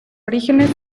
orígenes